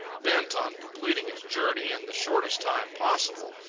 bent on completing its journey in the shortest time possible,